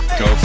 go